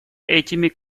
этими